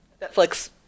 Netflix